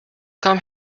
come